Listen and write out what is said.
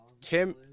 Tim